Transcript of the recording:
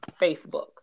Facebook